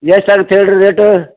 ಎಷ್ಟು ಆಗತ್ತೆ ಹೇಳಿ ರೀ ರೇಟು